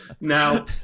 Now